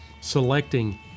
selecting